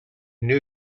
new